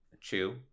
chew